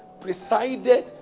presided